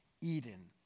Eden